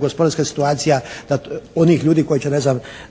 gospodarska situacija onih ljudi koji će